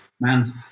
man